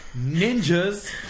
Ninjas